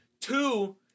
Two